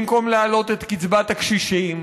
במקום להעלות את קצבת הקשישים,